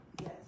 yes